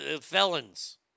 felons